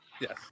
Yes